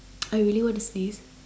I really want to sneeze